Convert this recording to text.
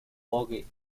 vogue